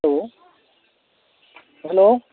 hello hello